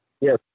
Yes